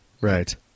Right